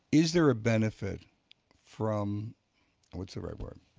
is there a benefit from what's the right word?